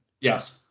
Yes